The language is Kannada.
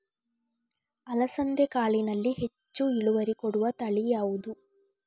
ಅಲಸಂದೆ ಕಾಳಿನಲ್ಲಿ ಹೆಚ್ಚು ಇಳುವರಿ ಕೊಡುವ ತಳಿ ಯಾವುದು?